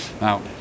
Now